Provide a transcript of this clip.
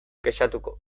kexatuko